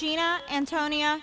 gina antoni